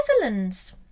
Netherlands